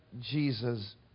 Jesus